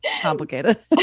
Complicated